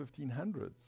1500s